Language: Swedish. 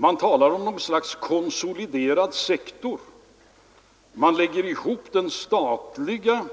Man talar om något slags konsoliderad sektor. Man lägger ihop den statliga